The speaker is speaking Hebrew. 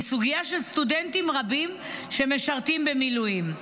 היא סוגיה של סטודנטים רבים שמשרתים במילואים.